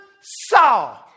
saw